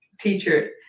teacher